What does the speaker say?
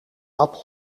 appel